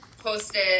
Posted